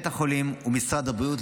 בתי החולים ומשרד הבריאות,